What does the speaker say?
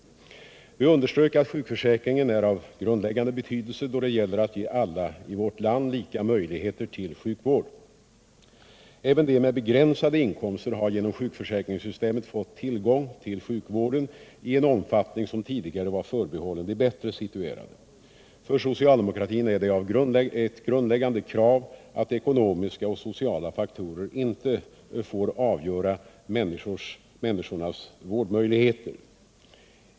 Vi underströk att sjukförsäkringen är av grundläggande betydelse då det gäller att ge alla i vårt land lika möjligheter till sjukvård. Även de med begränsade inkomster har genom sjukförsäkringssystemet fått tillgång till sjukvård i en omfattning som tidigare var förbehållen de bättre situerade. För socialdemokratin är det ett grundläggande krav att ekonomiska och sociala faktorer inte får avgöra människornas vårdmöjligheter.